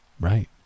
Right